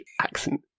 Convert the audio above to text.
accent